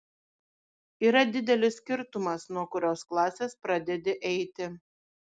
yra didelis skirtumas nuo kurios klasės pradedi eiti